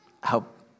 Help